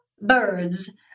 birds